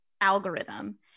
algorithm